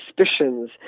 suspicions